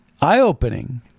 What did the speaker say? eye-opening